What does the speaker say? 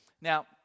Now